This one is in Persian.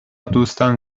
دوستان